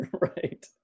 Right